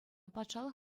патшалӑх